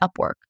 Upwork